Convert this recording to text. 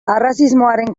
arrazismoaren